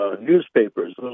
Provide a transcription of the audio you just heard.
newspapers